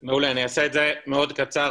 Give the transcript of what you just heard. אני אעשה את זה מאוד קצר.